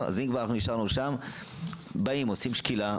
עושים שקילה,